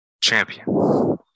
champion